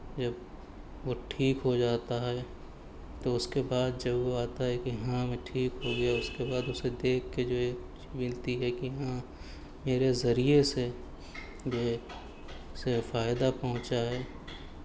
جب وہ ٹھیک ہو جاتا ہے تو اس کے بعد جب وہ آتا ہے کہ ہاں میں ٹھیک ہو گیا اس کے بعد اسے دیکھ کے جو ایک خوشی ملتی ہے کہ ہاں میرے ذریعے سے یہ اسے فائدہ پہنچا ہے